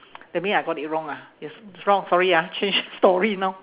that mean I got it wrong ah it's wrong sorry ah change story now